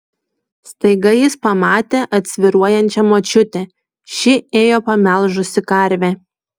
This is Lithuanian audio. staiga jis pamatė atsvyruojančią močiutę ši ėjo pamelžusi karvę